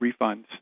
refunds